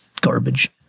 garbage